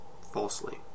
falsely